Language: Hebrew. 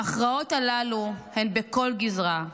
ההכרעות הללו הן בכל גזרה.